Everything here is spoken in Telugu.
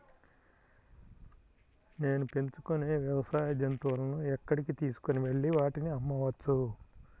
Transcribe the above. నేను పెంచుకొనే వ్యవసాయ జంతువులను ఎక్కడికి తీసుకొనివెళ్ళి వాటిని అమ్మవచ్చు?